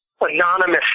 anonymous